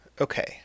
Okay